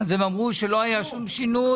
הם אמרו שלא היה שום שינוי,